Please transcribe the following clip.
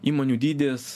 įmonių dydis